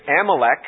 Amalek